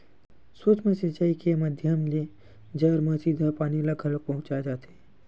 सूक्ष्म सिचई के माधियम ले जर म सीधा पानी ल घलोक पहुँचाय जाथे